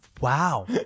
Wow